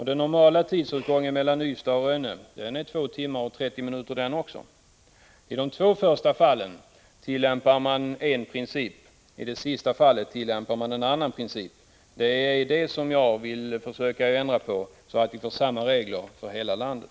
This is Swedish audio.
Den normala tidsåtgången mellan Ystad och Rönne är 2 timmar och 30 minuter den också. I de två första fallen tillämpar man en princip, i det sista fallet tillämpar man en annan princip. Det är detta som jag vill försöka ändra på så att vi får samma regler för hela landet.